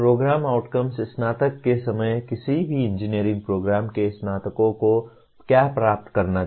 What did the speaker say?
programme outcomes स्नातक के समय किसी भी इंजीनियरिंग प्रोग्राम के स्नातकों को क्या प्राप्त करना चाहिए